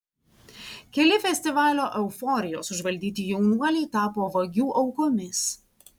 keli festivalio euforijos užvaldyti jaunuoliai tapo vagių aukomis